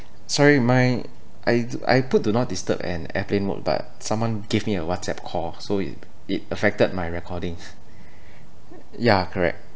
sorry my I I put do not disturb and airplane mode but someone gave me a whatsapp call so it it affected my recording ya correct